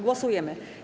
Głosujemy.